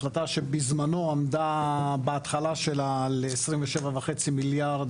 החלטה שבזמנו עמדה בהתחלה שלה על 27.5 מיליארד